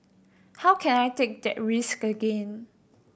how can I take that risk again